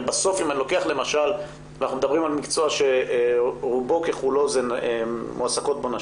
אנחנו מדברים על מקצוע שברובו ככולו מועסקות בו נשים.